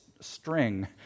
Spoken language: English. string